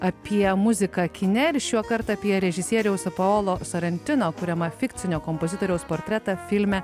apie muziką kine ir šiuokart apie režisieriaus paolo sorentino kuriamą fikcinio kompozitoriaus portretą filme